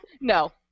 No